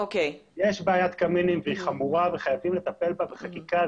יש בעיית קמינים והיא חמורה וחייבים לטפל בה בחקיקה,